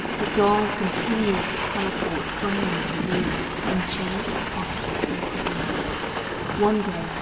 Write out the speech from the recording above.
the doll continued to teleport from room to room and change its posture frequently one day,